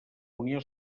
unió